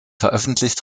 veröffentlicht